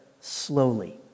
slowly